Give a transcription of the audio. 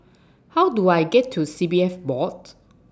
How Do I get to C P F Board